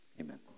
Amen